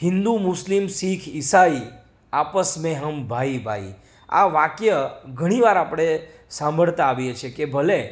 Hindu Muslim Sikh ઈસાઈ આપસ મેં હમ ભાઈ ભાઈ આ વાક્ય ઘણી વાર આપણે સાંભળતા આવીએ છીએ કે ભલે